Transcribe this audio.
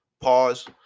pause